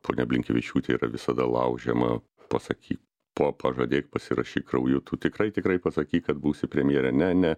ponia blinkevičiūtė yra visada laužiama pasaky po pažadėk pasirašyk krauju tu tikrai tikrai pasakyk kad būsi premjere ne ne